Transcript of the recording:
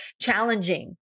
challenging